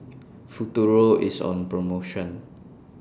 Futuro IS on promotion